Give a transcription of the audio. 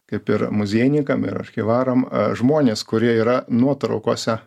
kaip ir muziejininkam ir archyvaram žmonės kurie yra nuotraukose